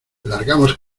largamos